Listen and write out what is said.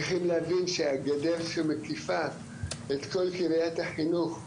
צריכים להבין שהגדר שמקיפה את כל קריית החינוך,